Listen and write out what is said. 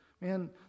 Man